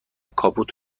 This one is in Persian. کاپوت